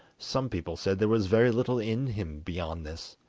some people said there was very little in him beyond this,